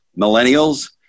millennials